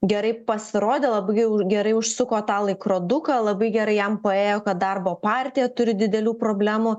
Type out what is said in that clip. gerai pasirodė labai gerai užsuko tą laikroduką labai gerai jam paėjo kad darbo partija turi didelių problemų